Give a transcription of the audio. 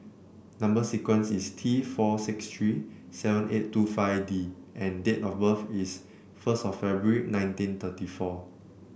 number sequence is T four six three seven eight two five D and date of birth is first of February nineteen thirty four